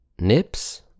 nips